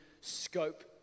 scope